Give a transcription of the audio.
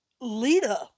Lita